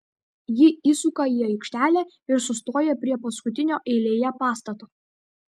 ji įsuka į aikštelę ir sustoja prie paskutinio eilėje pastato